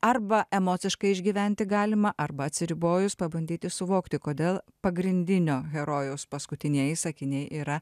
arba emociškai išgyventi galima arba atsiribojus pabandyti suvokti kodėl pagrindinio herojaus paskutinieji sakiniai yra